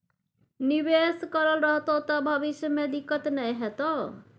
निवेश करल रहतौ त भविष्य मे दिक्कत नहि हेतौ